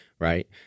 right